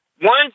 one